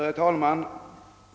Herr talman!